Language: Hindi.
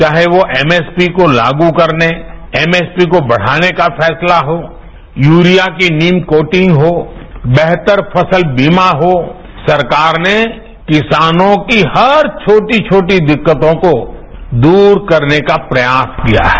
चाहे वो एमएसपी को लागू करने एमएसपी को बढ़ाने का फैसला हो यूरिया की नीम कोटिंग हो बेहतर फसल बीमा हो सरकार ने किसानों की हर छोटी छोटी दिक्कतों को दूर करने का प्रयास किया है